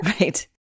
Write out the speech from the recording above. Right